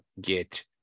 get